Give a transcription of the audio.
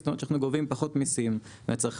זאת אומרת שאנחנו גובים פחות מיסים מהצרכנים,